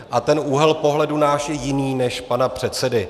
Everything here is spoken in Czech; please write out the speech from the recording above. A ten úhel pohledu náš je jiný než pana předsedy.